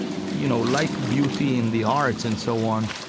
you know, like beauty and the arts and so on,